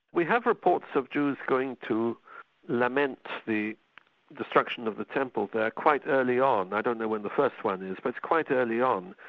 we have reports of jews going to lament the destruction of the temple there quite early on. i don't know when the first one is, but it's quite early on.